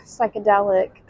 psychedelic